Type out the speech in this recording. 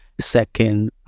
Second